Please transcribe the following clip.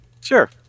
sure